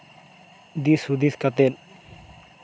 ᱫᱤᱥ ᱦᱩᱫᱤᱥ ᱠᱟᱛᱮᱜ